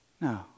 No